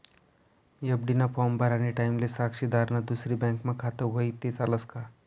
FD ना form भरानी टाईमले साक्षीदारनं दुसरी बँकमा खातं व्हयी ते चालस का